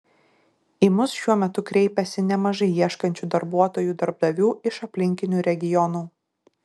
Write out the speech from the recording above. į mus šiuo metu kreipiasi nemažai ieškančių darbuotojų darbdavių iš aplinkinių regionų